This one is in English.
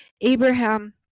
Abraham